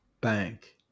bank